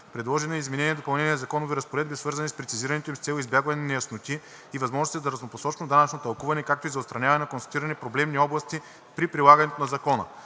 Предложено е и изменение и допълнение на законови разпоредби, свързани с прецизирането им, с цел избягване на неясноти и възможностите за разнопосочно данъчно тълкуване, както и за отстраняване на констатирани проблемни области при прилагането на Закона.